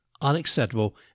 unacceptable